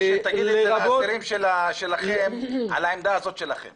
משה, תגיד לאסירים שלכם על העמדה הזאת שלכם.